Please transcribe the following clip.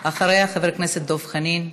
אחריה, חבר הכנסת דב חנין.